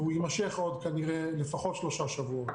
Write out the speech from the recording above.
והוא יימשך עוד כנראה לפחות שלושה שבועות.